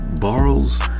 borrows